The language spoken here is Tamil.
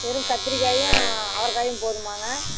வெறும் கத்திரிக்காயும் அவரைக்காயும் போதுமாங்க